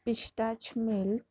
pistachio milk